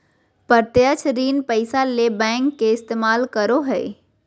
प्रत्यक्ष ऋण पैसा ले बैंक के इस्तमाल करो हइ